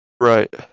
Right